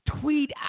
Tweet